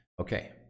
Okay